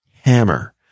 hammer